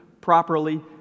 properly